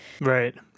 Right